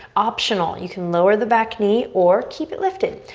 optional, you can lower the back knee or keep it lifted.